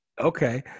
Okay